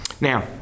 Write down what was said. Now